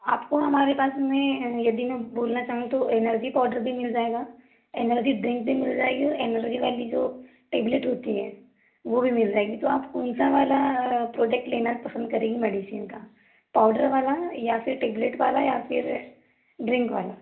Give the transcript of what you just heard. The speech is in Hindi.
आपको हमारे पास में यदि मैं बोलना चाहूँ तो एनर्जी पाउडर भी मिल जाएगा एनर्जी ड्रिंक भी मिल जाएगी और एनर्जी वाली जो टैब्लेट होती है वह भी मिल जाएगी तो आप कौन सा वाला प्रॉडक्ट लेना पसंद करेंगी मेडिसिन का पाउडर वाला या फ़िर टैब्लेट वाला या फिर ड्रिंक वाला